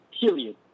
Period